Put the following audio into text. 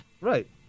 Right